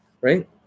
right